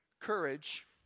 Courage